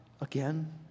again